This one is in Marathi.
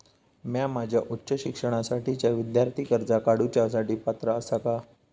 म्या माझ्या उच्च शिक्षणासाठीच्या विद्यार्थी कर्जा काडुच्या साठी पात्र आसा का?